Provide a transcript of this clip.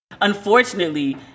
Unfortunately